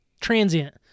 Transient